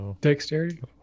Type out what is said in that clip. Dexterity